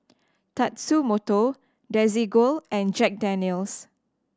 Tatsumoto Desigual and Jack Daniel's